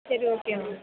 சரி okay ma'am